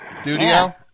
Studio